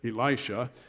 Elisha